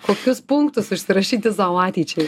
kokius punktus užsirašyti sau ateičiai